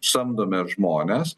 samdome žmones